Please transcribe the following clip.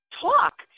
talk